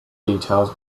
details